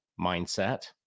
mindset